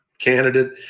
candidate